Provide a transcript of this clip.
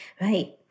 Right